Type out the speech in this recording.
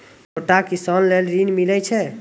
छोटा किसान लेल ॠन मिलय छै?